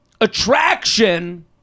Attraction